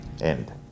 End